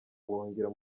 ubuhungiro